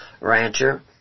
rancher